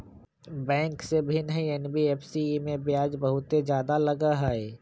Bank से भिन्न हई एन.बी.एफ.सी इमे ब्याज बहुत ज्यादा लगहई?